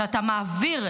שאתה מעביר,